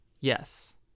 Yes